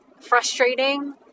frustrating